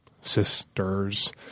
sisters